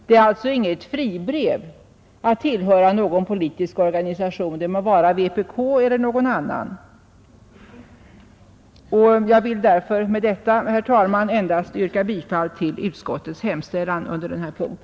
Det är alltså inget fribrev att tillhöra en politisk organisation — det må vara vänsterpartiet kommunisterna eller någon annan organisation. Jag vill med detta, herr talman, endast yrka bifall till utskottets hemställan under denna punkt.